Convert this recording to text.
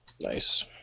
nice